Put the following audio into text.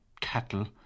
cattle